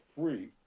free